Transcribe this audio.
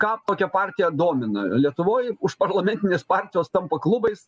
ką tokia partija domina lietuvoj užparlamentinės partijos tampa klubais